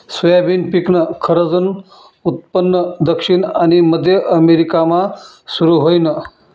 soybean पिकनं खरंजनं उत्पन्न दक्षिण आनी मध्य अमेरिकामा सुरू व्हयनं